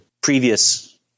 previous